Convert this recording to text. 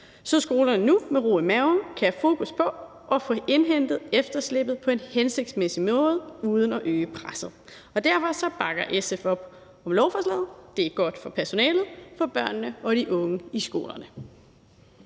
så skolerne nu med ro i maven kan have fokus på at få indhentet efterslæbet på en hensigtsmæssig måde uden at øge presset. Derfor bakker SF op om lovforslaget. Det er godt for personalet og for børnene og de unge i skolerne.